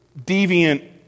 deviant